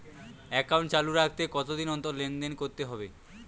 Account চালু রাখতে কতদিন অন্তর লেনদেন করতে হবে?